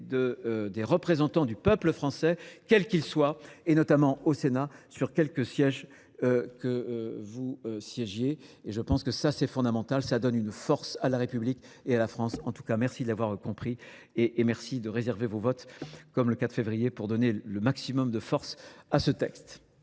des représentants du peuple français, quel qu'il soit, et notamment au Sénat, sur quelques sièges que vous siégiez et je pense que ça c'est fondamental ça donne une force à la république et à la france en tout cas merci d'avoir compris et merci de réserver vos votes comme le 4 février pour donner le maximum de force à ce texte